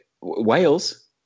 Wales